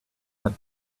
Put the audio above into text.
had